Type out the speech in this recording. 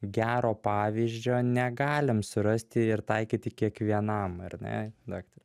gero pavyzdžio negalim surasti ir taikyti kiekvienam ar ne daktare